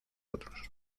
otros